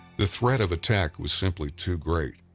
the threat of attack was simply too great.